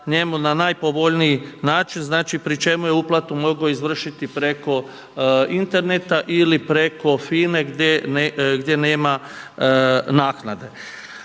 na najpovoljniji način, znači pri čemu je uplatu mogao izvršiti preko Interneta ili preko FINE gdje nema naknade.